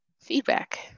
feedback